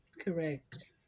Correct